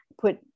put